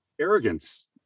arrogance